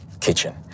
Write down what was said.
Kitchen